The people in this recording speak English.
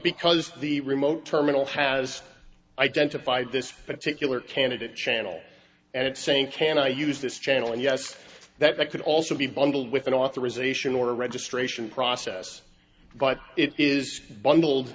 because the remote terminal has identified this particular candidate channel and it's saying can i use this channel and yes that could also be bundled with an authorization or registration process but it is bundled